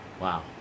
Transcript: Wow